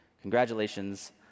Congratulations